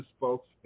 folks